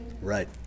right